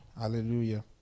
Hallelujah